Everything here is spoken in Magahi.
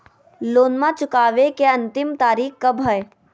लोनमा चुकबे के अंतिम तारीख कब हय?